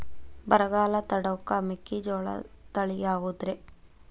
ಬರಗಾಲ ತಡಕೋ ಮೆಕ್ಕಿಜೋಳ ತಳಿಯಾವುದ್ರೇ?